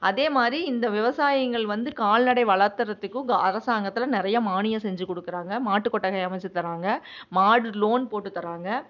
அதே மாதிரி இந்த விவசாயிங்க வந்து கால்நடை வளர்த்துறதுக்கும் அரசாங்கத்தில் நிறைய மானியம் செஞ்சு கொடுக்குறாங்க மாட்டுக் கொட்டகை அமைத்து தராங்க மாடு லோன் போட்டு தராங்க